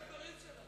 את הדברים שלה.